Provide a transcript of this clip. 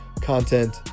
content